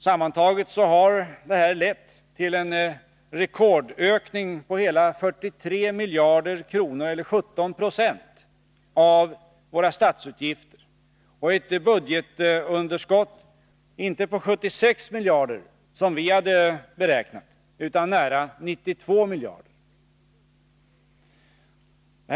Sammantaget har det här lett till en rekordökning på hela 43 miljarder kronor, eller 17 96 av våra statsutgifter, och ett budgetunderskott, inte på 76 miljarder, som vi hade beräknat, utan nära 92 miljarder kronor.